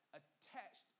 attached